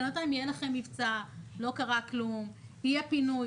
בינתיים יהיה לכם מבצע לא קרה כלום; יהיה פינוי